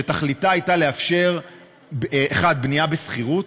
שתכליתה הייתה לאפשר בנייה לשכירות,